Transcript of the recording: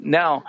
now